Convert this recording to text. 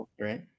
right